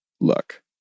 look